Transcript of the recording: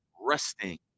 resting